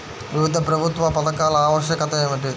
వివిధ ప్రభుత్వా పథకాల ఆవశ్యకత ఏమిటి?